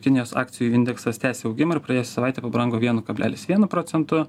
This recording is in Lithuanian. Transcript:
kinijos akcijų indeksas tęsė augimą ir praėjusią savaitę pabrango vienu kablelis vienu procentu